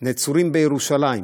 נצורים בירושלים,